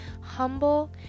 humble